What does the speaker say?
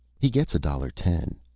he gets a dollar ten.